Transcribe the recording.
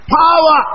power